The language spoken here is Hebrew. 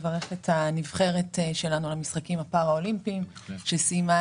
לברך את הנבחרת שלנו במשחקים הפאראלימפיים שסיימה